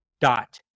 dot